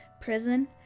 prison